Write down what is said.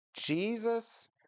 Jesus